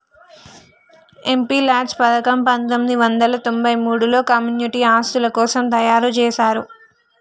MPLADS పథకం పందొమ్మిది వందల తొంబై మూడులో కమ్యూనిటీ ఆస్తుల కోసం తయ్యారుజేశారు